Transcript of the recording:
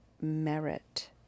merit